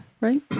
Right